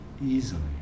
easily